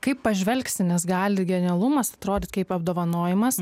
kaip pažvelgsi nes gali genialumas atrodyti kaip apdovanojimas